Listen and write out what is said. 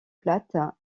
plates